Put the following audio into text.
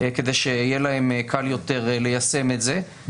כדי שיהיה להם קל יותר ליישם את זה.